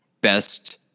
best